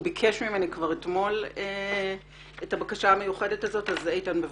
הוא ביקש ממני כבר אתמול את הבקשה המיוחדת הזאת אז בבקשה.